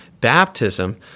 baptism